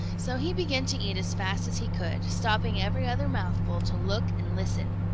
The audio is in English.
so he began to eat as fast as he could, stopping every other mouthful to look and listen.